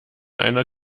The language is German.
eine